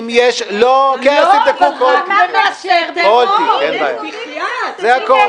אם יש --- אז עכשיו על כל רצח ------ בחייאת,